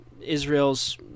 Israel's